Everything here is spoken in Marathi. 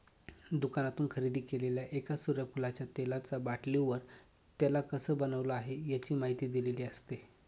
दुकानातून खरेदी केलेल्या एका सूर्यफुलाच्या तेलाचा बाटलीवर, त्याला कसं बनवलं आहे, याची माहिती दिलेली असते